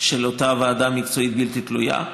של אותה ועדה מקצועית בלתי תלויה.